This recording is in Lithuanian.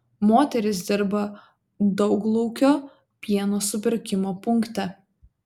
moteris dirba dauglaukio pieno supirkimo punkte